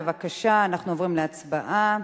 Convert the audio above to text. בבקשה, אנחנו עוברים להצבעה.